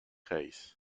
reiss